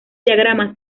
diagrama